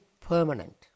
permanent